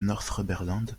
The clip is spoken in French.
northumberland